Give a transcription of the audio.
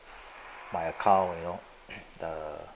my account you know the